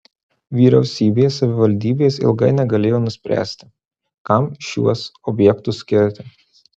vyriausybė savivaldybės ilgai negalėjo nuspręsti kam šiuos objektus skirti